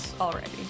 already